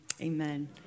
amen